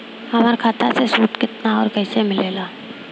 हमार खाता मे सूद केतना आउर कैसे मिलेला?